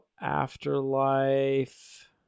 Afterlife